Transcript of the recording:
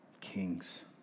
kings